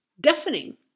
deafening